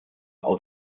aus